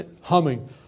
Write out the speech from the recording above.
humming